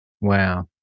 Wow